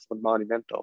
monumental